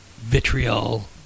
vitriol